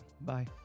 bye